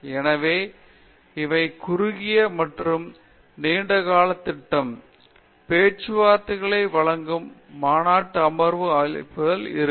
எனவே இவை குறுகிய மற்றும் நீண்ட கால திட்டம் பேச்சுவார்த்தைகளை வழங்கும் மாநாட்டு அமர்வு அழைப்புகள் இருக்கும்